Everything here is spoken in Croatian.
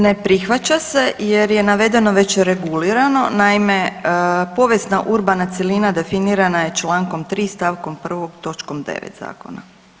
Ne prihvaća se jer je navedeno već regulirano, naime povijesna urbana cjelina definirana je Člankom 3. stavkom 1. točkom 9. Zakona.